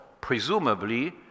Presumably